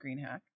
greenhack